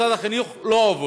שקל של משרד החינוך לא הועברו,